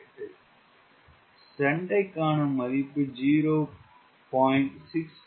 728 சண்டைகாண மதிப்பு 0